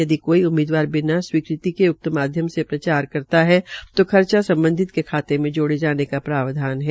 यदि कोई उम्मीदवार बिना स्वीकृति के उक्त माध्यम से प्रचार करता पाया जाता है तो खर्चा सम्बन्धित के खाते में जोड़े जाने का प्रावधान है